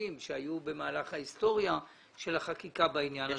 שהיו במהלך ההיסטוריה של החקיקה בעניין הזה.